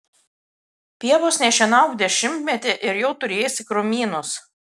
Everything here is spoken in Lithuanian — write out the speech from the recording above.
pievos nešienauk dešimtmetį ir jau turėsi krūmynus